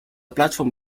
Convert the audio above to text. platform